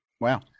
Wow